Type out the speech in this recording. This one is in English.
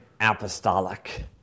apostolic